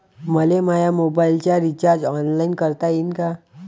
मले माया मोबाईलचा रिचार्ज ऑनलाईन करता येईन का?